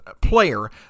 player